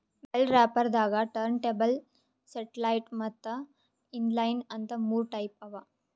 bell wrapper ದಾಗಾ turntable satellite ಮತ್ತ್ inline ಅಂತ್ ಮೂರ್ ಟೈಪ್ ಅವಾ